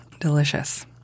Delicious